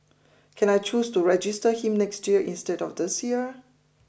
can I choose to register him next year instead of this year